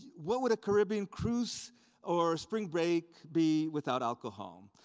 what would a caribbean cruise or spring break be without alcohol?